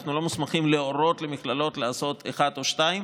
אנחנו לא מוסמכים להורות למכללות לעשות אחת או שתיים,